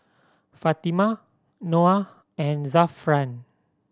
Fatimah Noah and Zafran